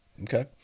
Okay